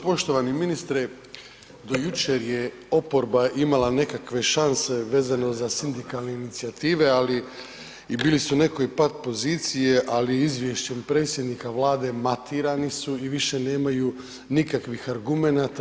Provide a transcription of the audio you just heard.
Poštovani ministre do jučer je oporba imala nekakve šanse vezano za sindikalne inicijative ali i bili su u nekoj pat poziciji, ali izvješćem predsjednika Vlade matirani su i više nemaju nikakvih argumenata.